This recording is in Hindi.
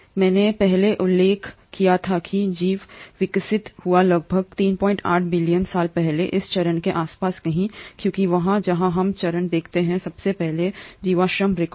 मैंने पहले उल्लेख किया था कि जीवन विकसित हुआ लगभग 38 बिलियन साल पहले इस चरण के आसपास कहीं क्योंकि वह है जहां हम चरण देखते हैं सबसे पहले जीवाश्म रिकॉर्ड